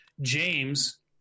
James